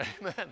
amen